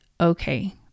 okay